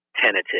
tentative